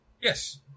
Yes